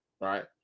right